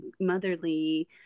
motherly